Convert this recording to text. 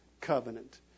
covenant